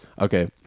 Okay